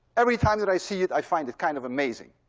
every time that i see it i find it kind of amazing.